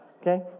Okay